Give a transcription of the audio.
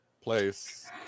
place